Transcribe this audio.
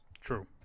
True